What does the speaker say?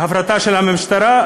הפרטה של המשטרה,